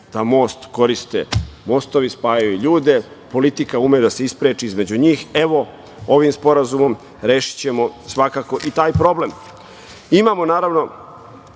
da most koriste. Mostovi spajaju ljude, a politika ume da se ispreči između njih. Evo, ovim sporazumom rešićemo svakako i taj problem. Imamo, naravno,